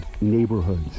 neighborhoods